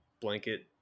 blanket